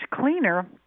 cleaner